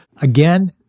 Again